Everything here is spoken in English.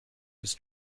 was